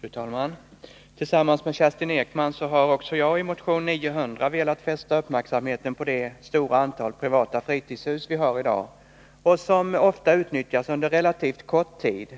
Fru talman! Tillsammans med Kerstin Ekman har jag i motion 900 velat fästa uppmärksamheten på det stora antal privata fritidshus som vi har i dag och som ofta utnyttjas under relativt kort tid.